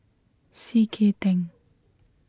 C K Tang